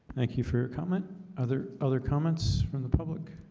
thank you for your comment other other comments from the public